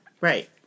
Right